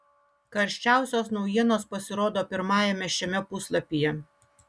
karščiausios naujienos pasirodo pirmajame šiame puslapyje